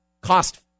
cost